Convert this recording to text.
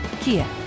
Kia